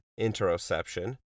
interoception